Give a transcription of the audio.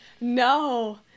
No